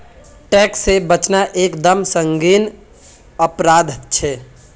tax से बचना एक दम संगीन अपराध छे